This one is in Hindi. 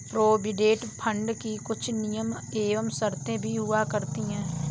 प्रोविडेंट फंड की कुछ नियम एवं शर्तें भी हुआ करती हैं